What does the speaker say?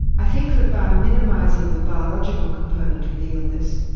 i think that by minimising the biological component of the illness,